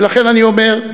ולכן אני אומר: